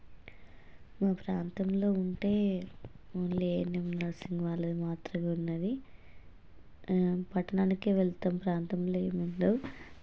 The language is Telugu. మా ప్రాంతంలో ఉంటే ఓన్లీ ఎన్ఎం నర్సింగ్ వాళ్ళది మాత్రమే ఉన్నది పట్టణానికే వెళ్తాం ప్రాంతంలో ఏముండవ్